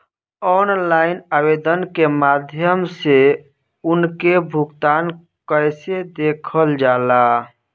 Online आवेदन के माध्यम से उनके भुगतान कैसे देखल जाला?